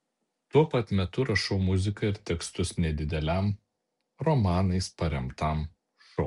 tuo pat metu rašau muziką ir tekstus nedideliam romanais paremtam šou